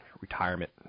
Retirement